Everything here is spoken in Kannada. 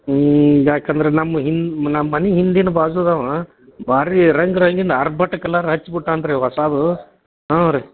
ಹ್ಞೂ ಯಾಕಂದ್ರೆ ನಮ್ಮ ಹಿಂದೆ ನಮ್ಮ ಮನಿ ಹಿಂದಿನ ಬಾಜುದವ ಭಾರಿ ರಂಗು ರಂಗಿನ ಆರ್ಭಟ ಕಲರ್ ಹಚ್ಚಿ ಬಿಟ್ಟಾನ ರೀ ಹೊಸದು ಹಾಂ ರೀ